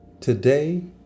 Today